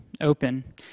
open